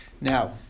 Now